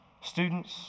Students